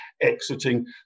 exiting